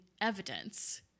evidence